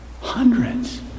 Hundreds